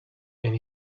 and